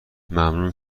ممنون